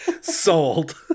sold